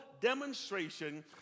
demonstration